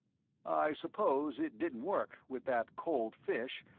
i suppose it didn't work, with that cold fish,